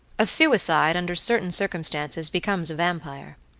a suicide, under certain circumstances, becomes a vampire.